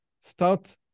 start